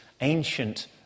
ancient